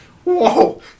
Whoa